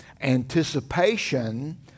anticipation